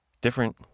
different